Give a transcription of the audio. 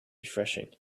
refreshing